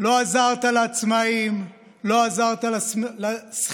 לא עזרת לעצמאים, לא עזרת לשכירים,